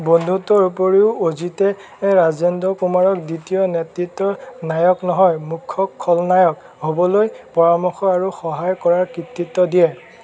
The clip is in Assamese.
বন্ধুত্বৰ উপৰিও অজিতে ৰাজেন্দ্ৰ কুমাৰক দ্বিতীয় নেতৃত্বৰ নায়ক নহয় মূখ্য খলনায়ক হ'বলৈ পৰামৰ্শ আৰু সহায় কৰাৰ কৃতিত্ব দিয়ে